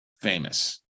famous